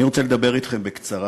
אני רוצה לדבר אתכם בקצרה,